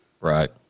Right